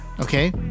okay